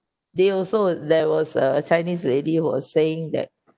they also there was a chinese lady who are saying that